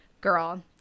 girl